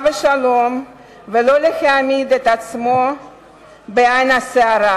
ושלום ולא להעמיד את עצמו בעין הסערה,